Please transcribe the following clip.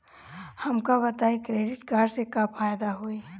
हमका बताई credit card से का फायदा होई?